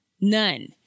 None